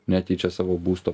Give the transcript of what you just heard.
nekeičia savo būsto